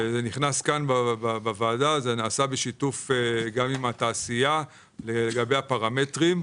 זה נכנס כאן בוועדה בשיתוף עם התעשייה לגבי הפרמטרים.